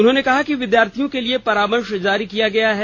उन्होंने कहा कि विद्यार्थियों के लिए परामर्श जारी किया गया है